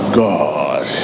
god